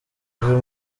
uyu